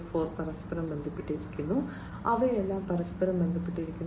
0 ൽ പരസ്പരം ബന്ധപ്പെട്ടിരിക്കുന്നു അവയെല്ലാം പരസ്പരം ബന്ധപ്പെട്ടിരിക്കുന്നു